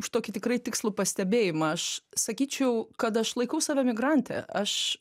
už tokį tikrai tikslų pastebėjimą aš sakyčiau kad aš laikau save emigrante aš